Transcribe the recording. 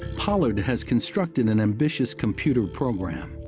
pollard has constructed an ambitious computer program.